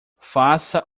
faça